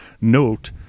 note